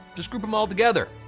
just group them all together.